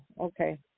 okay